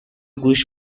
گوش